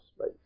right